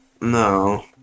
No